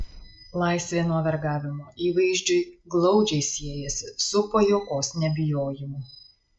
laisvė nuo vergavimo įvaizdžiui glaudžiai siejasi su pajuokos nebijojimu